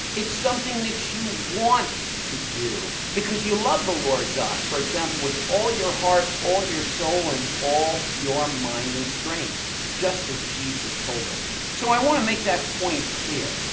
it's something that you want to do because you love the lord god, for example, with all your heart, all your soul, and all your mind and strength just as jesus told us. so i wanna make that point clear.